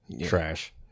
trash